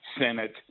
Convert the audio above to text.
Senate